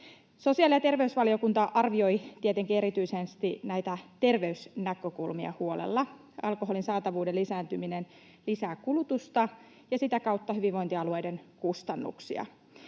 Sosiaali- ja terveysvaliokunta arvioi tietenkin erityisesti näitä terveysnäkökulmia huolella. Alkoholin saatavuuden lisääntyminen lisää kulutusta ja sitä kautta hyvinvointialueiden kustannuksia.